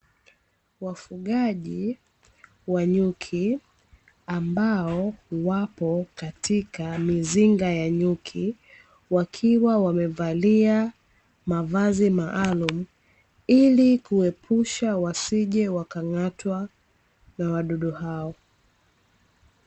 Wafugaji wa nyuki ambao wapo katika mizinga ya nyuki, wakiwa wamevalia mavazi maalumu ili kuepusha wasije wakang'atwa na wadudu hao.